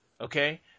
Okay